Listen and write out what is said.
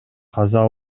каза